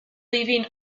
leaving